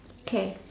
K